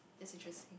that's interesting